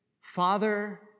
Father